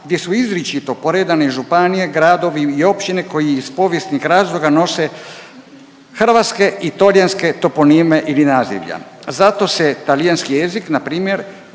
gdje su izričito poredane županije, gradovi i općine koje iz povijesnih razloga nose hrvatske i .../Govornik se ne razumije./... toponime ili nazivlja. Zato se talijanski jezik, npr.